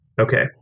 Okay